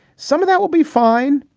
some of that will be fine,